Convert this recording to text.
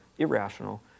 irrational